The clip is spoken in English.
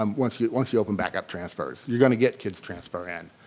um once you once you open back up transfers, you're gonna get kids transfer in.